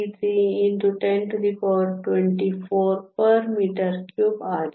33 x 1024 m 3 ಆಗಿದೆ